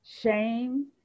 Shame